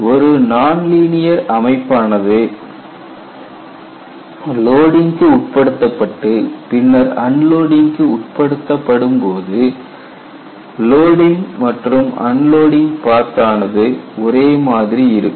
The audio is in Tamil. ஒரு நான்லீனியர் அமைப்பானது லோடிங்க்கு உட்படுத்தப்பட்டு பின்னர் அன்லோடிங்க்கு உட்படுத்தப்படும்போது லோடிங் மற்றும் அன்லோடிங் பாத் ஆனது ஒரே மாதிரி இருக்கும்